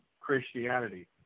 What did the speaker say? Christianity